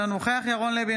אינו נוכח ירון לוי,